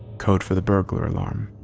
code for the burglar alarm.